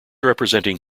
representing